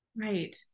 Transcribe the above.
Right